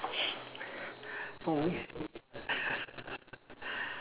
um